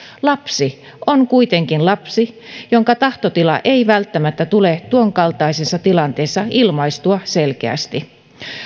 lapsi on kuitenkin lapsi jonka tahtotila ei välttämättä tule tuonkaltaisessa tilanteessa ilmaistua selkeästi